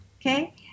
Okay